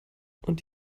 und